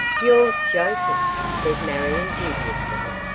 you're joking, said marion, dubiously.